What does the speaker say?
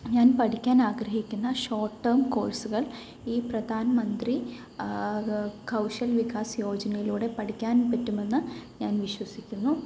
ഞാൻ പഠിക്കാൻ ആഗ്രഹിക്കുന്ന ഷോർട്ട് ടെർമ് കോഴ്സുകൾ ഈ പ്രധാനമന്ത്രി കൗശൽ വികാസ് യോജനയിലൂടെ പഠിക്കാൻ പറ്റുമെന്ന് ഞാൻ വിശ്വസിക്കുന്നു